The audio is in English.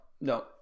no